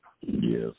Yes